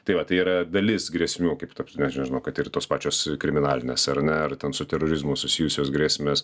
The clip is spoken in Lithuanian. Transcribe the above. tai va tai yra dalis grėsmių kaip ta prasme aš nežinau kad ir tos pačios kriminalinės ar ne ar ten su terorizmu susijusios grėsmės